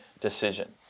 decision